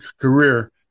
career